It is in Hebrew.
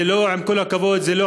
עם כל הכבוד, זה לא